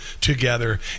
together